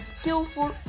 skillful